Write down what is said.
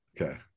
Okay